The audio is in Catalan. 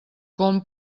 com